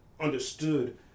understood